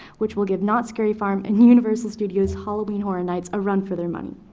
which will give knott's scary farm and universal studios halloween horror nights a run for their money.